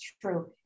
true